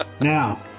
Now